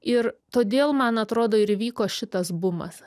ir todėl man atrodo ir įvyko šitas bumas